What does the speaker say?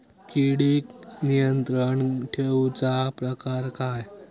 किडिक नियंत्रण ठेवुचा प्रकार काय?